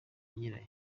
nyirayo